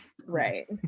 right